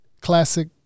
Classic